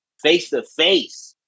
face-to-face